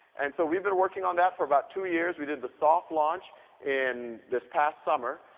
and so, we've been working on that for about two years. we did the soft launch in this past summer,